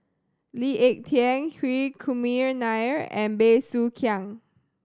Lee Ek Tieng Hri Kumar Nair and Bey Soo Khiang